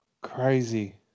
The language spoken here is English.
Crazy